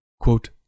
Quote